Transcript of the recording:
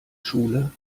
schule